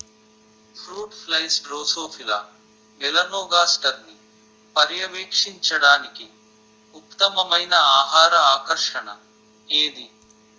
Fruit flies drosophila మెలనోగాస్టర్ని పర్యవేక్షించడానికి ఉత్తమమైన ఆహార ఆకర్షణ ఏది?